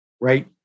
right